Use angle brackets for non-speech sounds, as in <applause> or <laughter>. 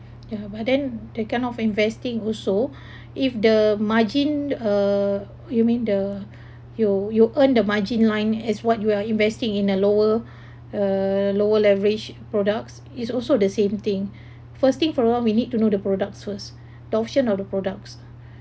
ya but then that kind of investing also <breath> if the margin uh you mean the you you earn the margin line as what you are investing in a lower uh lower leverage products is also the same thing first thing for all we need to know the products first the option of the products